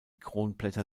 kronblätter